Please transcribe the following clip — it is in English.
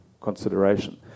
consideration